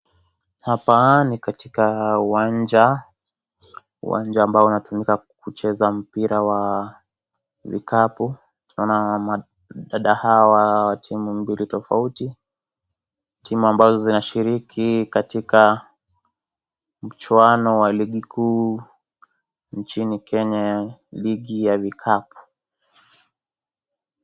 Hapa ni katika uwanja, uwanja ambao unatumika kucheza mpira wa vikapu. Tunaona dada hawa wa timu mbili tofauti, timu ambazo zinashiriki katika mchuwano wa ligi kuu nchini Kenya ligi ya vikapu.